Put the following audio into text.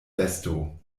besto